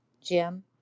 Jim